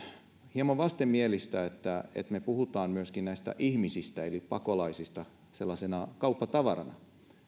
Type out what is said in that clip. hieman vastenmielistä että me puhumme myöskin näistä ihmisistä eli pakolaisista sellaisena kauppatavarana